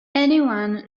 anyone